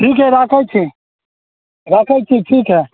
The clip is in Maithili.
ठीक हए राखैत छी राखैत छी ठीक हए